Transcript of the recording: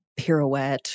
pirouette